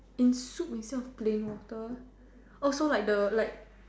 in soup instead of plain water oh so like the like